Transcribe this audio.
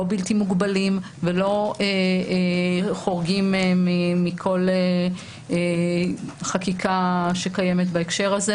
לא בלתי מוגבלים ולא חורגים מכל חקיקה שקיימת בהקשר הזה.